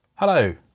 Hello